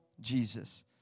Jesus